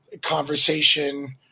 conversation